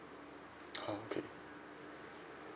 uh okay